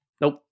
Nope